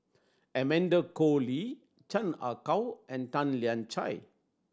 Amanda Koe Lee Chan Ah Kow and Tan Lian Chye